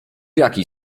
jaki